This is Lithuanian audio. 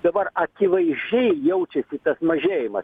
dabar akivaizdžiai jaučiasi tas mažėjimas